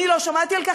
אני לא שמעתי על כך,